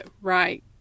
right